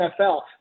NFL